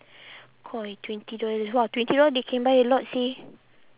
koi twenty dollars !wah! twenty dollar they can buy a lot seh